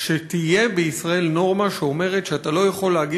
שתהיה בישראל נורמה שאומרת שאתה לא יכול להגיד